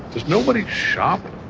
there's nobody shopping.